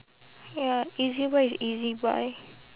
ya ezbuy is ezbuy